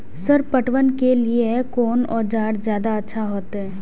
Sir पटवन के लीऐ कोन औजार ज्यादा अच्छा होते?